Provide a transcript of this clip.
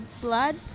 blood